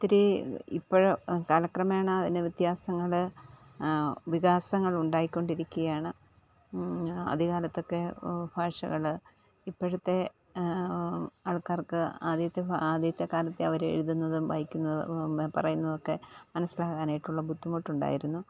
ഒത്തിരി ഇപ്പോള് കാലക്രമേണ അതിന് വ്യത്യാസങ്ങള് വികാസങ്ങളുണ്ടായി കൊണ്ടിരിക്കുകയാണ് ആദ്യകാലത്തൊക്കെ ഭാഷകള് ഇപ്പോഴത്തെ ആള്ക്കാര്ക്ക് ആദ്യത്തെ ആദ്യത്തെ കാലത്തെ അവരെഴുതുന്നതും വായിക്കുന്ന പറയുന്നതൊക്കെ മനസ്സിലാകാനായിട്ടുള്ള ബുദ്ധിമുട്ടുണ്ടായിരുന്നു